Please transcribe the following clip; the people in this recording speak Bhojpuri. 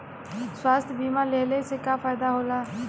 स्वास्थ्य बीमा लेहले से का फायदा होला?